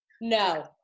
No